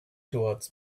towards